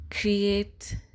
Create